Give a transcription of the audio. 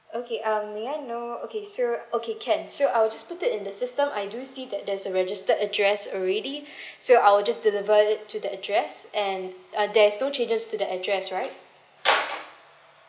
okay um may I know okay so okay can so I'll just put it in the system I do see that there's a registered address already so I'll just deliver it to the address and uh there's no changes to the address right